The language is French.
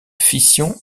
fission